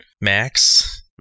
max